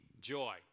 joy